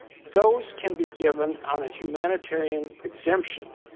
those can be given on a humanitarian exemption.